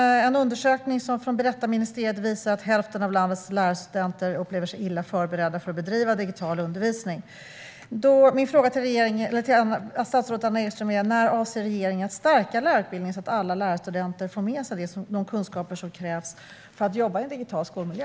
En undersökning från Berättarministeriet visar att hälften av landets lärare och studenter upplever sig illa förberedda för att bedriva digital undervisning. Min fråga till statsrådet Anna Ekström är: När avser regeringen att stärka lärarutbildningen så att alla lärarstudenter får med sig de kunskaper som krävs för att jobba i en digital skolmiljö?